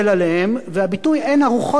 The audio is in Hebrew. והביטוי "אין ארוחות חינם",